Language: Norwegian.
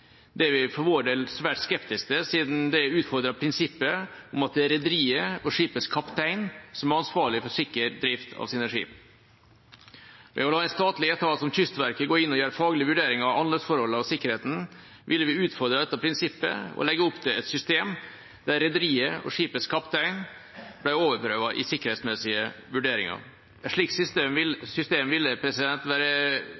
Det er vi for vår del svært skeptiske til, siden det utfordrer prinsippet om at det er rederiet og skipets kaptein som er ansvarlig for sikker drift av skipene. Ved å la en statlig etat som Kystverket gå inn og gjøre faglige vurderinger av anløpsforholdene og sikkerheten, vil vi utfordre dette prinsippet og legge opp til et system der rederiet og skipets kaptein blir overprøvd i sikkerhetsmessige vurderinger. Et slikt system ville